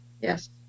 Yes